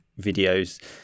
videos